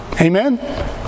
Amen